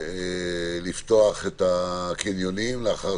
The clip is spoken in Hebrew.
לפתוח את הקניונים, לאחר